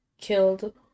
killed